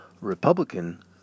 Republican